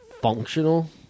functional